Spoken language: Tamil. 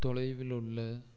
தொலைவில் உள்ள